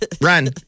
Run